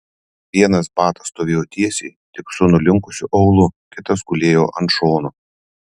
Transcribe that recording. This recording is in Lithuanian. vienas batas stovėjo tiesiai tik su nulinkusiu aulu kitas gulėjo ant šono